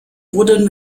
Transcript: wurden